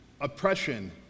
oppression